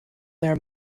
their